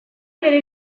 bere